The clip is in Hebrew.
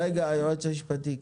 רגע, היועץ המשפטי.